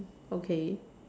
okay